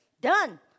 Done